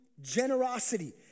generosity